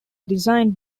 designed